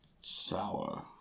sour